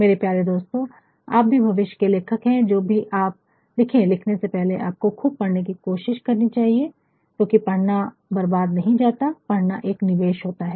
मेरे प्यारे दोस्तों आप भी भविष्य के लेखक है जो भी आप लिखे लिखने से पहले आपको खूब पढ़ने की कोशिश करनी चाहिए क्योकि पढ़ना बर्बाद नहीं जाता पढ़ना एक निवेश होता है